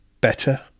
Better